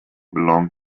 belong